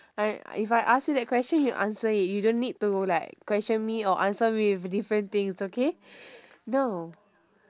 but if I ask you that question you answer it you don't need to like question me or answer me with different things okay no